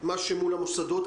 מה שמול המוסדות.